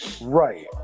Right